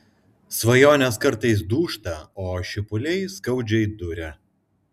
svajonės kartais dūžta o šipuliai skaudžiai duria